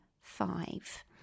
five